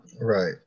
Right